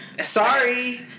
sorry